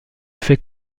fait